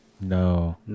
No